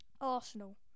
Arsenal